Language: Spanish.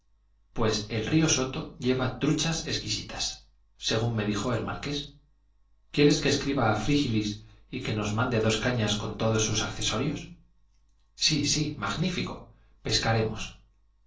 pues el río soto lleva truchas exquisitas según me dijo el marqués quieres que escriba a frígilis que nos mande dos cañas con todos sus accesorios sí sí magnífico